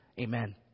Amen